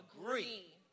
Agree